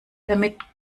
damit